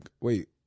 Wait